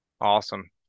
Awesome